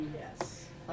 Yes